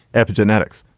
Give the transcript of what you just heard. epigenetics.